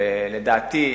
ולדעתי,